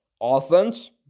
Offense